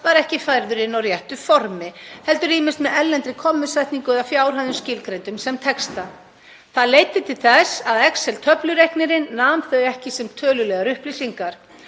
var ekki færður inn á réttu formi, heldur ýmist með erlendri kommusetningu eða fjárhæðum skilgreindum sem texta. Það leiddi til þess að excel–töflureiknirinn nam þau ekki sem tölulegar upplýsingar.